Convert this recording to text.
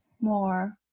more